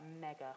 mega